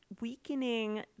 weakening